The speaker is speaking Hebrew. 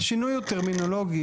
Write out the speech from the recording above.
השינוי הוא טרמינולוגי.